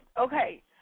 Okay